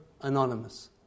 anonymous